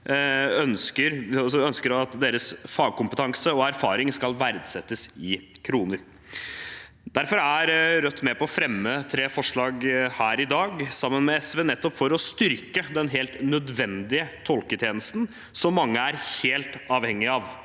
ønsker at deres fagkompetanse og erfaring skal verdsettes i kroner. Derfor er Rødt med på å fremme tre forslag her i dag, sammen med SV, nettopp for å styrke den helt nødvendige tolketjenesten som mange er helt avhengig av.